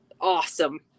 awesome